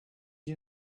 you